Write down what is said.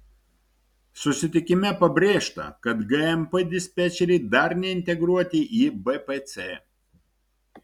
susitikime pabrėžta kad gmp dispečeriai dar neintegruoti į bpc